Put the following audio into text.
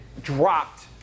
dropped